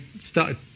started